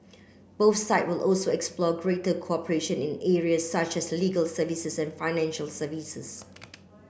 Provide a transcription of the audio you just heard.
both side will also explore greater cooperation in area such as legal services and financial services